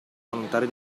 volontari